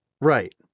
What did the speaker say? Right